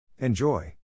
Enjoy